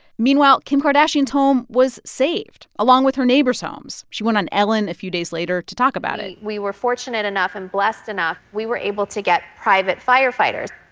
meanwhile, kim kardashian's home was saved, along with her neighbors' homes. she went on ellen a few days later to talk about it we were fortunate enough and blessed enough. we were able to get private firefighters.